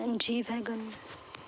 and G waggon